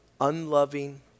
unloving